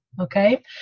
Okay